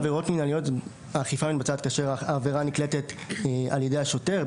בעבירות מינהליות האכיפה מתבצעת כאשר העבירה נקלטת על ידי השוטר,